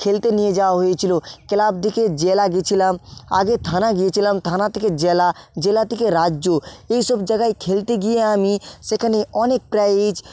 খেলতে নিয়ে যাওয়া হয়েছিল ক্লাব থেকে জেলা গেছিলাম আগে থানা গিয়েছিলাম থানা থেকে জেলা জেলা থেকে রাজ্য এইসব জায়গায় খেলতে গিয়ে আমি সেখানে অনেক প্রাইজ